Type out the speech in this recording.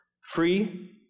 Free